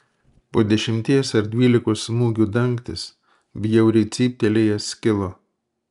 po dešimties ar dvylikos smūgių dangtis bjauriai cyptelėjęs skilo